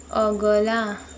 अगला